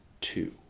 two